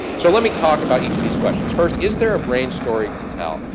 so let me talk about each of these questions. first, is there a brain story to tell?